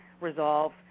resolve